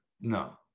No